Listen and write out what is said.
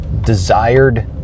desired